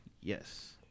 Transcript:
Yes